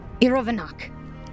Irovanak